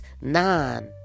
nine